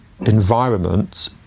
environment